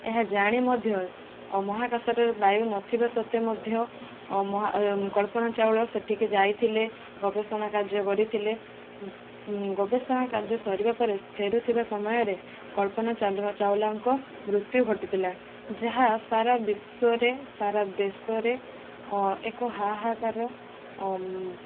ଏହା ଜାଣି ମଧ୍ୟ ମହାକାଶରେ ବାୟୁ ନଥିବା ସତ୍ତ୍ୱେ ମଧ୍ୟ ମହା କଳ୍ପନା ଚାୱଳା ସେଠିକି ଯାଇଥିଲେ ଗବେଷଣା କାର୍ଯ୍ୟ କରିଥିଲେ ଗବେଷଣା କାର୍ଯ୍ୟ ସରିବା ପରେ ଫେରୁଥିବା ସମୟରେ କଳ୍ପନା ଚାୱଲାଙ୍କ ମୃତ୍ୟୁ ଘଟିଥିଲା ଯାହା ସାରା ବିଶ୍ୱରେ ସାରା ଦେଶରେ ଏକ ହାହାକାର